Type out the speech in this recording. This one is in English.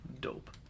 Dope